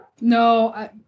No